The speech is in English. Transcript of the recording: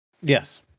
Yes